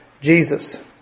Jesus